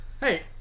Hey